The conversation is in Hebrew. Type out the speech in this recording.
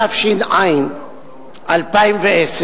התש"ע 2010,